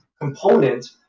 component